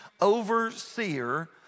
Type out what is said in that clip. overseer